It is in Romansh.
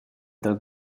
dal